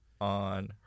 on